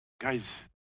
Guys